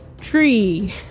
tree